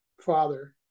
father